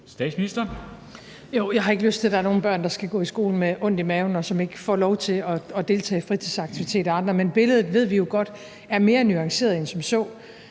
Jo, jeg har ikke lyst til, at der er nogen børn, der skal gå i skole med ondt i maven, og som ikke får lov til at deltage i fritidsaktiviteter og andet, men billedet ved vi jo godt er mere nuanceret end som så.